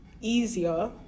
easier